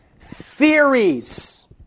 theories